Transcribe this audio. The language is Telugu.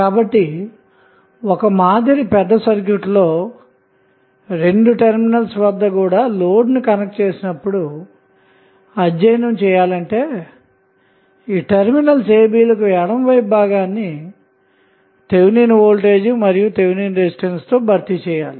కాబట్టి ఒక మాదిరి పెద్ద సర్క్యూట్ లో రెండు టెర్మినల్స్ వద్ద లోడ్ కనెక్ట్ చేసినప్పుడు అధ్యయనం చేయాలంటే టెర్మినల్స్ a b ల కు ఎడమవైపు భాగాన్ని థేవినిన్ వోల్టేజ్ మరియు థేవినిన్ రెసిస్టెన్స్ తో భర్తీ చేయాలి